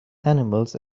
animals